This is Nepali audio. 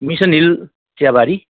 mission Hill Chiyabari